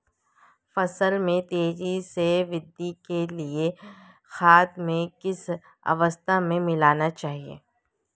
फसल में तेज़ी से वृद्धि के लिए खाद को किस अवस्था में मिलाना चाहिए?